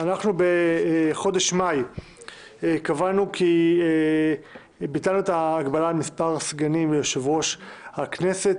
בחודש מאי ביטלנו את ההגבלה על מספר סגנים ליושב-ראש הכנסת.